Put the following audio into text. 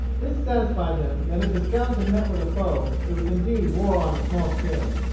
this satisfied them that if the scouts had met with a foe, it was indeed war on a small scale.